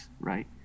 right